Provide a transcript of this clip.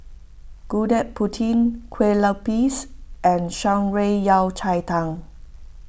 Gudeg Putih Kueh Lupis and Shan Rui Yao Cai Tang